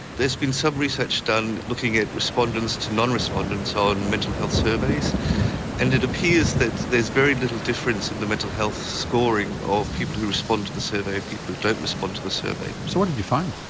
there's been some research done looking at respondents to non-respondents on mental health surveys and it appears that there's very little difference in the mental health scoring of people who respond to the survey and people who don't respond to the survey. so what did you find?